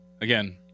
Again